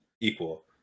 equal